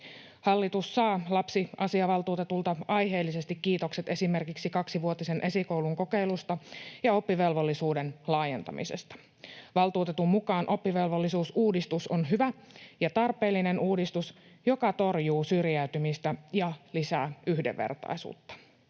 Hallitus saa lapsiasiavaltuutetulta aiheellisesti kiitokset esimerkiksi kaksivuotisen esikoulun kokeilusta ja oppivelvollisuuden laajentamisesta. Valtuutetun mukaan oppivelvollisuusuudistus on hyvä ja tarpeellinen uudistus, joka torjuu syrjäytymistä ja lisää yhdenvertaisuutta.